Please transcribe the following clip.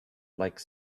like